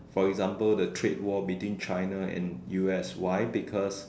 for example the trade war between China and U_S why because